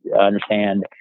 understand